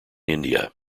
india